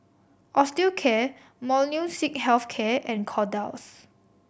Osteocare Molnylcke Health Care and Kordel's